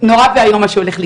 נורא ואיום מה שהולך לקרות,